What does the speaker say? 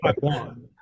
Taiwan